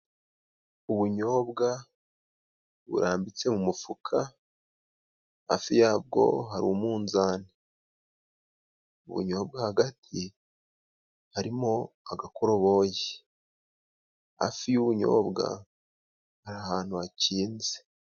Ubunyobwa burambitse mu mufuka hafi yabwo hari umunzani, ubunyobwa hagati harimo agakoroboyi hafi y'ubunyobwa hari ahantu hakinze.